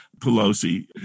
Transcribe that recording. Pelosi